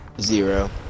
Zero